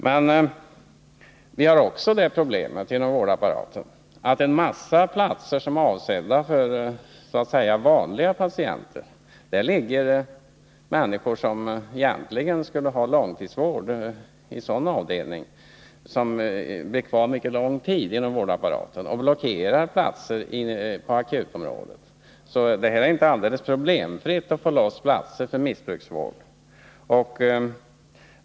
Men vi har också det problemet inom vårdapparaten att på en mängd avdelningar, som egentligen är avsedda för så att säga vanliga patienter, ligger människor som i stället skulle ha långtidsvård. Dessa människor blir kvar mycket lång tid inom vårdapparaten och blockerar därmed platser på akutområdet. Det är således inte alldeles problemfritt att få loss platser för missbruksvård.